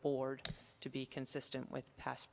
board to be consistent with pas